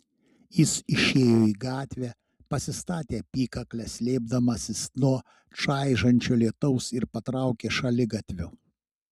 jis išėjo į gatvę pasistatė apykaklę slėpdamasis nuo čaižančio lietaus ir patraukė šaligatviu